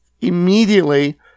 immediately